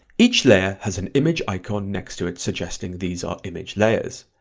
each layer has an image icon next to it suggesting these are image layers,